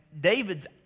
David's